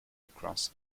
across